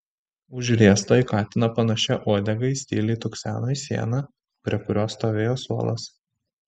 užriesta į katino panašia uodega jis tyliai tukseno į sieną prie kurios stovėjo suolas